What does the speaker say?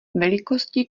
velikosti